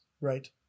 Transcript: right